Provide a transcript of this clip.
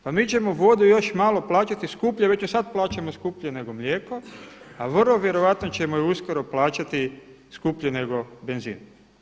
Pa mi ćemo vodu još malo plaćati skuplje, već ju sada plaćamo skuplje nego mlijeko a vrlo vjerojatno ćemo ju uskoro plaćati skuplje nego benzin.